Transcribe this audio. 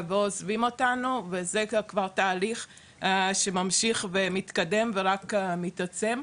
ועוזבים אותנו וזה כבר תהליך שממשיך ומתקדם ורק מתעצם.